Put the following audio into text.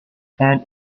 and